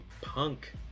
punk